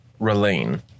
relaine